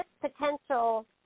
potential